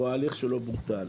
או ההליך שלו בוטל.